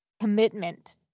commitment